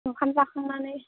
ओंखाम जाखांनानै